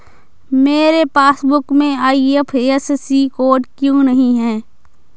मेरे पासबुक में IFSC code क्यो नहीं है?